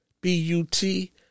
B-U-T